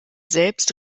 selbst